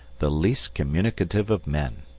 the least communicative of men.